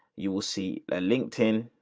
you will see the linkedin.